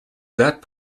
that